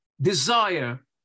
desire